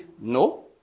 No